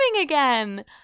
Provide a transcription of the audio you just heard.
again